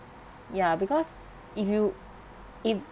ya because if you if